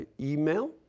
email